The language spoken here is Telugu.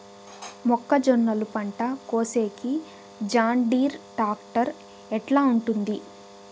మొక్కజొన్నలు పంట కోసేకి జాన్డీర్ టాక్టర్ ఎట్లా ఉంటుంది?